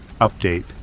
Update